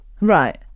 Right